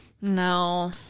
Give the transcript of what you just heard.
No